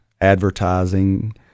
advertising